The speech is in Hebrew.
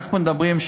אנחנו מדברים על